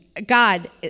God